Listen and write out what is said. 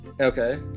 Okay